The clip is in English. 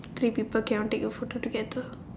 three people cannot take a photo together